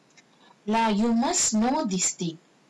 you must know this thing